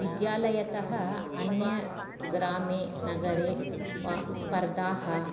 विद्यालयतः अन्यग्रामे नगरे वा स्पर्धाः